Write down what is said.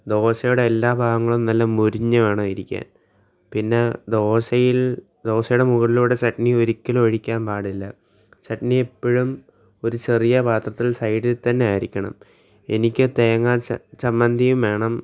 ദോശയുടെ എല്ലാ ഭാഗങ്ങളും നല്ല മൊരിഞ്ഞ് വേണം ഇരിക്കാൻ പിന്നെ ദോശയിൽ ദോശയുടെ മുകളിലൂടെ ചട്ട്ണി ഒരിക്കലും ഒഴിക്കാൻ പാടില്ല ചട്ട്ണി എപ്പോഴും ഒരു ചെറിയ പാത്രത്തിൽ സൈഡിൽ തന്നെ ആയിരിക്കണം എനിക്ക് തേങ്ങാ ചമ്മന്തിയും വേണം